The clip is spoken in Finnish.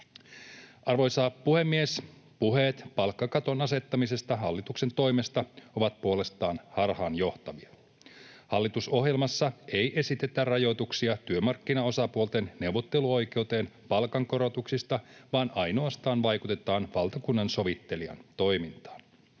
Arvoisa puhemies! Puheet palkkakaton asettamisesta hallituksen toimesta ovat puolestaan harhaanjohtavia. Hallitusohjelmassa ei esitetä rajoituksia työmarkkinaosapuolten neuvotteluoikeuteen palkankorotuksista vaan ainoastaan vaikutetaan valtakunnansovittelijan toimintaan.